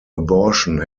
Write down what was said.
abortion